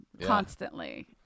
constantly